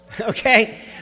Okay